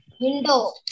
Window